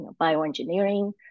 bioengineering